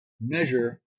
measure